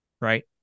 right